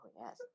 yes